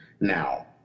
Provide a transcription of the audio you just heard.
Now